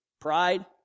Pride